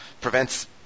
prevents